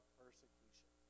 persecution